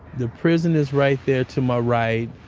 the prison is right there to my right.